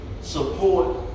support